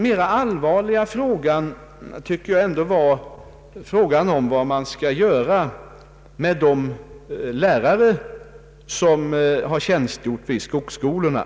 Mera allvarlig tycker jag ändå frågan var vad man skall göra med de lärare som har tjänstgjort vid skogsskolorna.